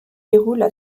déroulent